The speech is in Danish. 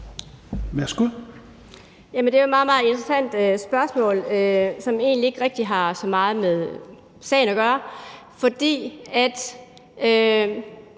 Værsgo.